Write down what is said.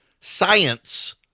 Science